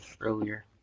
earlier